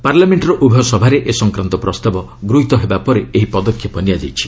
ପାର୍ଲାମେଣ୍ଟର ଉଭୟ ସଭାରେ ଏ ସଂକ୍ରାନ୍ତ ପ୍ରସ୍ତାବ ଗୃହୀତ ହେବା ପରେ ଏହି ପଦକ୍ଷେପ ନିଆଯାଇଛି